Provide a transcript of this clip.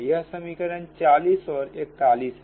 यह समीकरण 40 और 41 है